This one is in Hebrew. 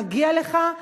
מגיע לך.